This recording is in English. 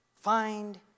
find